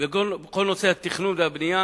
בכל נושא התכנון והבנייה